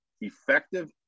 effective